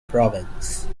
province